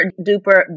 duper